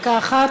דקה אחת.